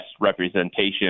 representation